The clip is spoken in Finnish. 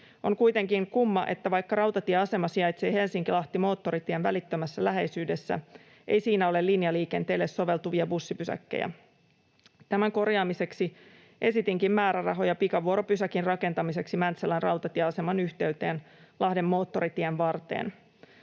On kuitenkin kumma, että vaikka rautatieasema sijaitsee Helsinki—Lahti-moottoritien välittömässä läheisyydessä, ei siinä ole linjaliikenteelle soveltuvia bussipysäkkejä. Tämän korjaamiseksi esitinkin määrärahoja pikavuoropysäkin rakentamiseksi Mäntsälän rautatieaseman yhteyteen, Lahden moottoritien varteen.